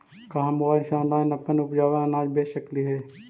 का हम मोबाईल से ऑनलाइन अपन उपजावल अनाज बेच सकली हे?